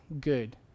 good